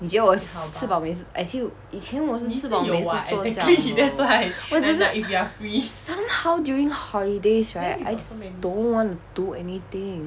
你觉得我吃饱没事 actually 以前我是吃饱没事做这样 lor 我只是 somehow during holidays right I just don't want to do anything